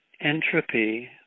entropy